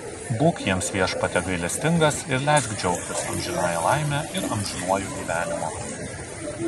būk jiems viešpatie gailestingas ir leisk džiaugtis amžinąja laime ir amžinuoju gyvenimu